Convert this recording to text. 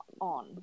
on